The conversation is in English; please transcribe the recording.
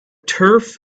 turf